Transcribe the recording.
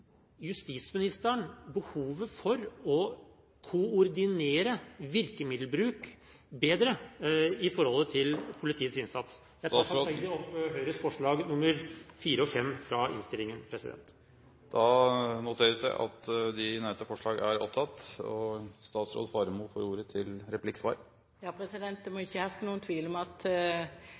justisministeren behovet for å koordinere virkemiddelbruk bedre i forhold til politiets innsats? Jeg tar samtidig opp Høyres forslag nr. 4 og nr. 5 fra innstillingen. Representanten Anders B. Werp har tatt opp de forslag han refererte til. Det må ikke herske noen tvil om at